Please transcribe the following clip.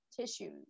tissues